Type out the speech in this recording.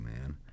man